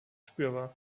spürbar